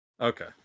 Okay